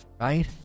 Right